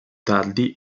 tardi